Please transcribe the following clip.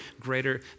greater